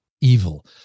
evil